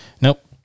Nope